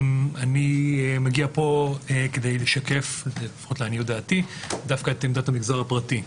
אני מגיע כדי לשקף את עמדת המגזר הפרטי.